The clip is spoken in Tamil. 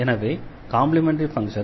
எனவே காம்ப்ளிமெண்டரி ஃபங்ஷன் c1exc2e2x